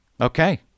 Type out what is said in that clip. Okay